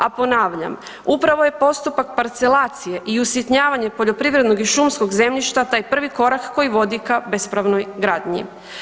A ponavljam, upravo je postupak parcelacije i usitnjavanje poljoprivrednog i šumskog zemljišta taj prvi korak koji vodi ka bespravnoj gradnji.